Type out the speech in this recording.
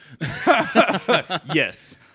yes